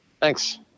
thanks